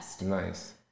Nice